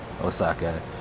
osaka